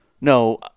No